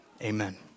Amen